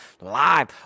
live